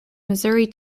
missouri